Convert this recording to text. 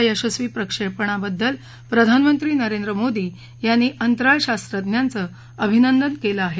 या यशस्वी प्रक्षेपणाबद्दल प्रधानमंत्री नरेंद्र मोदी यांनी अंतराळ शास्त्रज्ञांचं अभिनंदन केलं आहे